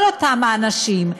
כל אותם האנשים,